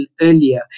earlier